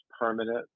permanent